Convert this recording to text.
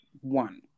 one